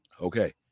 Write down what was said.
Okay